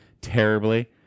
terribly